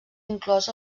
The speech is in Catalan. inclòs